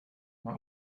mae